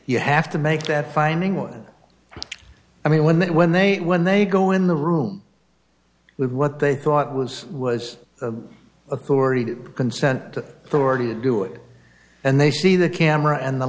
you have to make that finding one i mean when they when they when they go in the room with what they thought was was the authority to consent to do it and they see the camera and the